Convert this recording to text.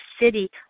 city